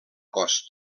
cost